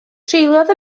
treuliodd